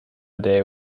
day